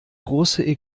große